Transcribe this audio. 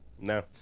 no